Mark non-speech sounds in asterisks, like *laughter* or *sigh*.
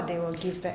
*noise*